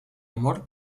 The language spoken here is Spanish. amor